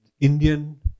Indian